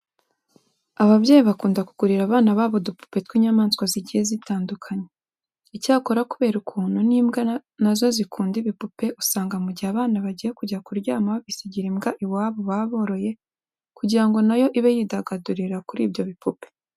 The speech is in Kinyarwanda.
Ababyeyi bakunda kugurira abana babo udupupe tw'inyamaswa zigiye zitandukanye. Icyakora kubera ukuntu n'imbwa na zo zikunda ibipupe usanga mu gihe abana bagiye kujya kuryama babisigira imbwa iwabo baba boroye kugira ngo na yo ibe yidagadurira kuri byo bipupe.